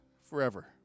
forever